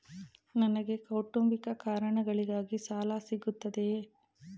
ನನಗೆ ಕೌಟುಂಬಿಕ ಕಾರಣಗಳಿಗಾಗಿ ಸಾಲ ಸಿಗುತ್ತದೆಯೇ?